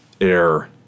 air